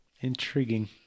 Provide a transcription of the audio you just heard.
Intriguing